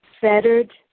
fettered